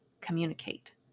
communicate